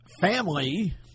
family